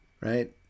Right